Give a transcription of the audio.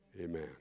Amen